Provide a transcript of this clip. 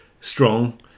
strong